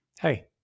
Hey